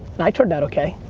and i turned out okay.